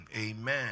amen